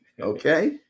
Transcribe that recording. okay